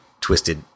twisted